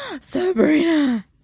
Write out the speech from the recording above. Sabrina